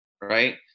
right